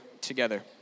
together